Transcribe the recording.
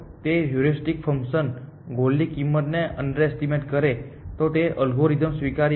તેથી જો heuristic function ગોલની કિંમતને અંડરએસ્ટિમેટ કરે તો અલ્ગોરિધમ સ્વીકાર્ય છે